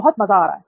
बहुत मजा आ रहा है